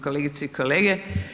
kolegice i kolege.